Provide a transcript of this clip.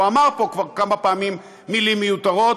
הוא אמר פה כבר כמה פעמים מילים מיותרות.